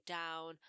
down